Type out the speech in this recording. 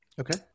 Okay